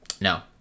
No